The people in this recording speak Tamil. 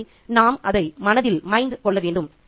எனவே நாம் அதை மனதில் கொள்ள வேண்டும்